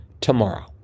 tomorrow